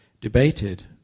debated